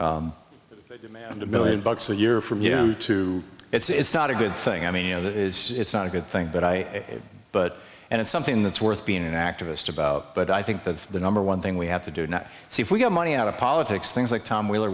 c and a million bucks a year from you know to it's not a good thing i mean you know that is not a good thing but i but and it's something that's worth being an activist about but i think that the number one thing we have to do not see if we got money out of politics things like tom wheeler